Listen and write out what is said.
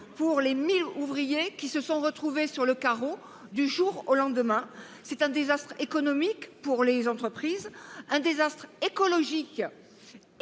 pour les 1 000 ouvriers qui se sont retrouvés sur le carreau du jour au lendemain. C’est un désastre économique pour les entreprises. C’est un désastre écologique